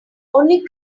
only